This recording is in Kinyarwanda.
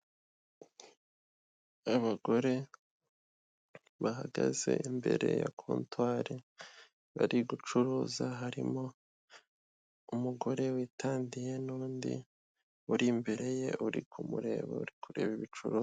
Abagore bahagaze imbere ya contwari bari gucuruza harimo umugore witandiye n'undi uri imbere ye uri kumureba uri kureba ibicuruzwa.